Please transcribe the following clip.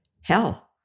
hell